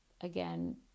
again